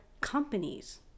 companies